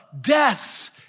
deaths